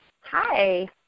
Hi